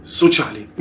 sociali